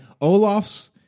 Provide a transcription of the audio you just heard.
Olaf's